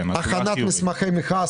הכנת מסמכי מכרז,